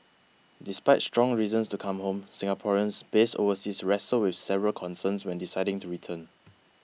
despite strong reasons to come home Singaporeans based overseas wrestle with several concerns when deciding to return